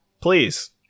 please